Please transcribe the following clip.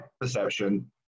perception